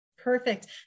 Perfect